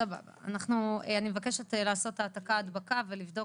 אני מבקשת לעשות העתקה-הדבקה ולבדוק